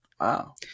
Wow